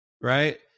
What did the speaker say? right